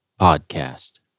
podcast